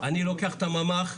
אני לוקח את הממ"ח,